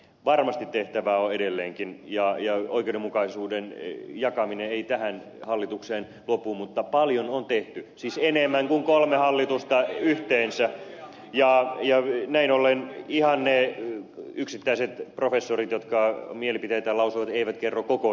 varmasti tehtävää on edelleenkin ja oikeudenmukaisuuden jakaminen ei tähän hallitukseen lopu mutta paljon on tehty siis enemmän kuin kolme hallitusta yhteensä ja näin ollen ihan ne yksittäiset professorit jotka mielipiteitään lausuvat eivät kerro koko totuutta